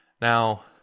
Now